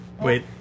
wait